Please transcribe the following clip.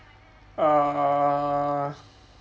err